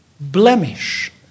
blemish